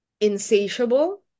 insatiable